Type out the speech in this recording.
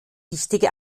wichtige